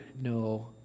no